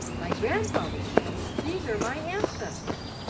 my grandfather says these are my ancestors.